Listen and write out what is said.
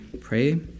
pray